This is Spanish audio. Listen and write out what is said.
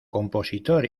compositor